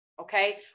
Okay